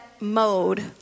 mode